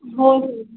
हो